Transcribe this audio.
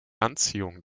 anziehung